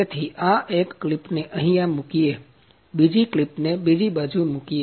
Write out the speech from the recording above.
તેથી આ એક ક્લિપને અહીંયા મુકીએ બીજી ક્લિપને બીજી બાજુ મુકીયએ